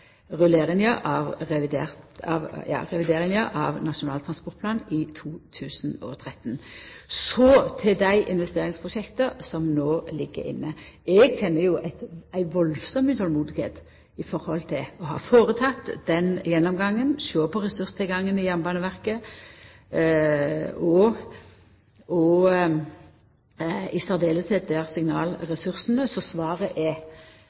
revideringa av Nasjonal transportplan i 2013. Så til dei investeringsprosjekta som no ligg inne. Eg kjenner eit veldig utolmod når det gjeld å ta den gjennomgangen – sjå på ressurstilgangen i Jernbaneverket og særleg signalressursane. Så svaret er: Dersom det eventuelt viser seg å vera nødvendig med ei endring i